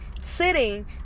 Sitting